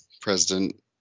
President